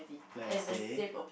like I say